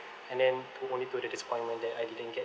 and then to only to the disappointment that I didn't get